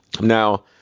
Now